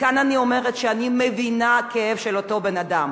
מכאן אני אומרת שאני מבינה את הכאב של אותו בן-אדם,